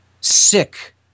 sick